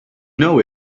know